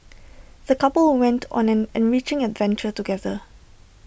the couple went on an enriching adventure together